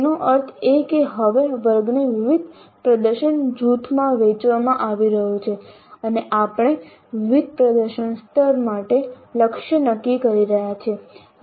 તેનો અર્થ એ કે હવે વર્ગને વિવિધ પ્રદર્શન જૂથોમાં વહેંચવામાં આવી રહ્યો છે અને આપણે વિવિધ પ્રદર્શન સ્તર માટે લક્ષ્ય નક્કી કરી રહ્યા છીએ